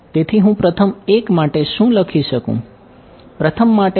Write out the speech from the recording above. તેથી હું પ્રથમ એક માટે શું લખી શકું પ્રથમ માટે હું લખી શકું છું